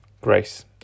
Grace